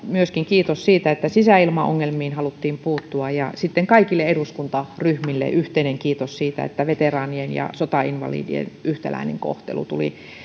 myöskin siitä että sisäilmaongelmiin haluttiin puuttua ja sitten kaikille eduskuntaryhmille yhteinen kiitos siitä että veteraanien ja sotainvalidien yhtäläinen kohtelu tuli